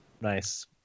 Nice